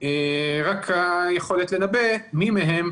רק היכולת לנבא מי מהן,